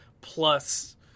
plus